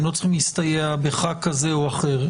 הם לא צריכים להסתייע בח"כ כזה או אחר.